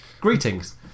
greetings